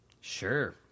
Sure